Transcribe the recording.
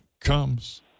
comes